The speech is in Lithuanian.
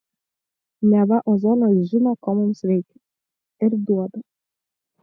neva ozonas žino ko mums reikia ir duoda